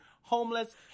Homeless